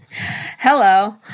Hello